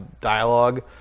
dialogue